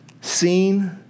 seen